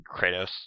Kratos